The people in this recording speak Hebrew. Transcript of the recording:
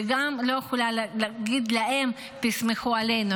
ואני גם לא יכולה להגיד להם: תסמכו עלינו,